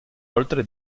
oltre